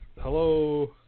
Hello